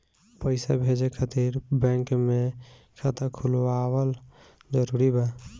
पईसा भेजे खातिर बैंक मे खाता खुलवाअल जरूरी बा?